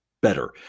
better